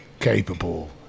capable